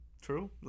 True